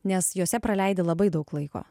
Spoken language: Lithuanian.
nes jose praleidi labai daug laiko